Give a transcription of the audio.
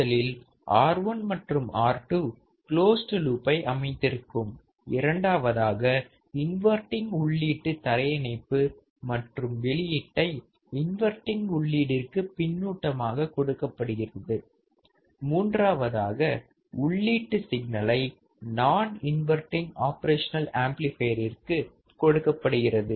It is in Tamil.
முதலில் R1 மற்றும் R2 க்லோஸ்டு லூப்பை அமைத்திருக்கும் இரண்டாவதாக இன்வர்ட்டிங் உள்ளீட்டு தரையிணைப்பு மற்றும் வெளியீட்டை இன்வர்ட்டிங் உள்ளீடிற்கு பின்னூட்டமாக கொடுக்கப்படுகிறது மூன்றாவதாக உள்ளீட்டு சிக்னலை நான் இன்வர்ட்டிங் ஆப்ரேஷனல் ஆம்ப்ளிபையரிற்கு கொடுக்கப்படுகிறது